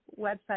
website